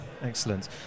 Excellent